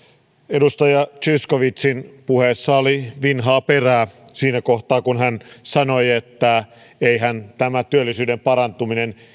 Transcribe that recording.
edustaja zyskowiczin puheessa oli vinhaa perää siinä kohtaa kun hän sanoi että eihän tämä työllisyyden parantuminen